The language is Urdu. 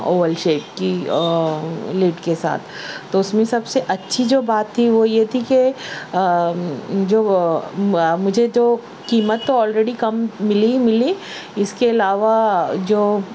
اوول شیپ کی لڈ کے ساتھ تو اس میں سب سے اچھی جو بات تھی وہ یہ تھی کہ جو مجھے جو قیمت آلریڈی کم ملی ملی اس کے علاوہ جو